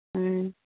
ᱦᱮᱸ